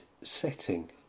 setting